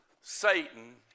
Satan